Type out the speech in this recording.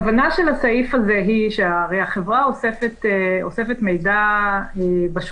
הכוונה של הסעיף הזה היא הרי החברה אוספת מידע בשוטף,